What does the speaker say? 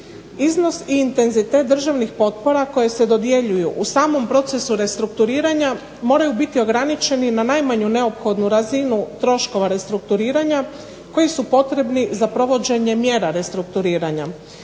Iznos i intenzitet državnih potpora koje se dodjeljuju u samom procesu restrukturiranja moraju biti ograničeni na najmanju neophodnu razinu troškova restrukturiranja koji su potrebni za provođenje mjera restrukturiranja.